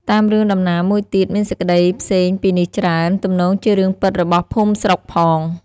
តាមរឿងដំណាលមួយទៀត មានសេចក្ដីផ្សេងពីនេះច្រើន ទំនងជារឿងពិតរបស់ភូមិស្រុកផង។